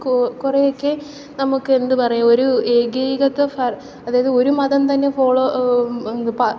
കുറേയൊക്കെ നമുക്കെന്ത് പറയുക ഒരു ഏകീകൃത അതായത് ഒരു മതം തന്നെ ഫോളോ എന്ത്